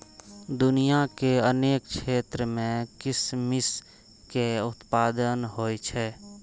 दुनिया के अनेक क्षेत्र मे किशमिश के उत्पादन होइ छै